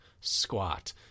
squat